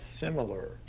similar